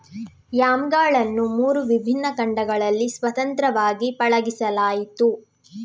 ಯಾಮ್ಗಳನ್ನು ಮೂರು ವಿಭಿನ್ನ ಖಂಡಗಳಲ್ಲಿ ಸ್ವತಂತ್ರವಾಗಿ ಪಳಗಿಸಲಾಯಿತು